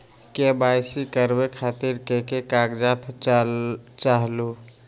KYC करवे खातीर के के कागजात चाहलु?